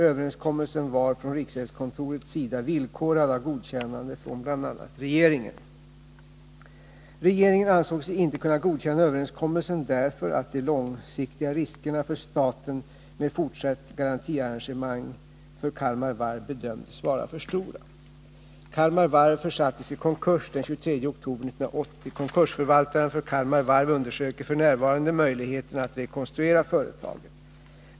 Överenskommelsen var från riksgäldskontorets sida villkorad av godkännande från bl.a. regeringen. Regeringen ansåg sig inte kunna godkänna överenskommelsen därför att de långsiktiga riskerna för staten med fortsatt garantiengagemang för Kalmar Varv bedömdes vara för stora. Kalmar Varv försattes i konkurs den 23 oktober 1980. Konkursförvaltaren för Kalmar Varv undersöker f. n. möjligheterna att rekonstruera företaget.